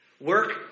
Work